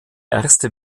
erste